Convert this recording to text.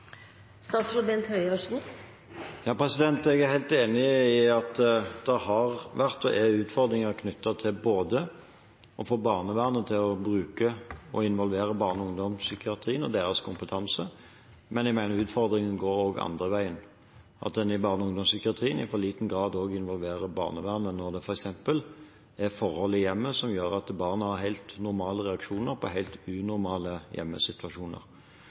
Jeg er helt enig i at det har vært, og er, utfordringer knyttet til å få barnevernet til å bruke og involvere barne- og ungdomspsykiatrien og deres kompetanse, men jeg mener at utfordringen også går den andre veien, at en i barne- og ungdomspsykiatrien i for liten grad involverer barnevernet når det f.eks. er forhold i hjemmet som gjør at barna har helt normale reaksjoner på helt unormale hjemmesituasjoner.